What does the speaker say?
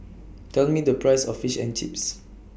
Tell Me The Price of Fish and Chips